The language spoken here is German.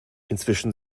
inzwischen